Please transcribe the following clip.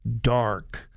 dark